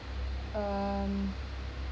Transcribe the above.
um